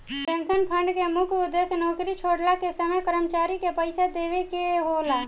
pension fund के मुख्य उद्देश्य नौकरी छोड़ला के समय कर्मचारी के पइसा देवेके होला